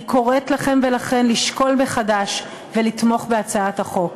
אני קוראת לכם ולכן לשקול מחדש ולתמוך בהצעת החוק.